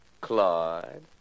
Claude